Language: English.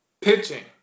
Pitching